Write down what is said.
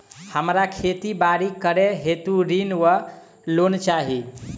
हमरा खेती बाड़ी करै हेतु ऋण वा लोन चाहि?